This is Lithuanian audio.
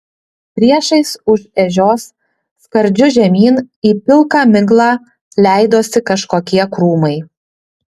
priešais už ežios skardžiu žemyn į pilką miglą leidosi kažkokie krūmai